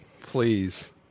please